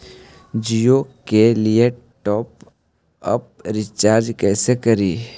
जियो के लिए top up recharge कैसे करी?